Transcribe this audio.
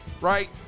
right